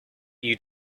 you